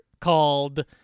called